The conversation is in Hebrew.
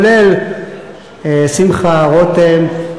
כולל שמחה רותם,